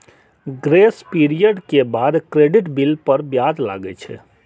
grace period के बाद credit bill पर ब्याज लागै छै